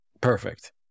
Perfect